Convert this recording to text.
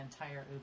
entire